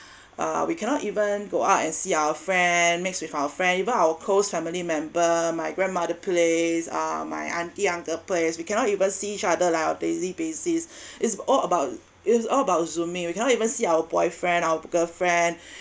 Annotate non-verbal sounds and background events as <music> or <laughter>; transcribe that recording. uh we cannot even go up and see our friend meet with our friend even our close family member my grandmother place uh my auntie uncle place we cannot even see each other lah on daily basis <breath> is all about is all about zooming we cannot even see our boyfriend our girlfriend